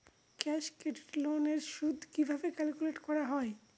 Cash credit loan এর সুদ কিভাবে ক্যালকুলেট করা হয়?